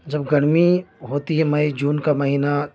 جب گرمی ہوتی ہے مئی جون کا مہینہ